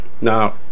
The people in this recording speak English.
Now